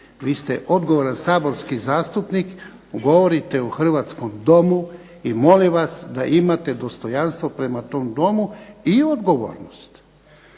Vi ste odgovoran saborski zastupnik, govorite u Hrvatskom domu i molim vas da imate dostojanstvo prema tom Domu i odgovornost.